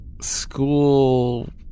school